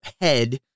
head